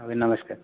ହେଉ ନମସ୍କାର